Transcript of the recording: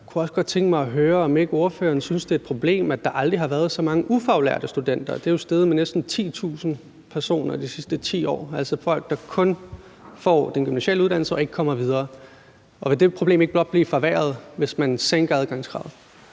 jeg kunne også godt tænke mig at høre, om ordføreren ikke synes, det er et problem, at der aldrig har været så mange ufaglærte studenter. Det er jo steget med næsten 10.000 personer i de sidste 10 år. Det er altså folk, der kun får den gymnasiale uddannelse og ikke kommer videre. Og vil det problem ikke blot blive forværret, hvis man sænker adgangskravet?